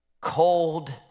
cold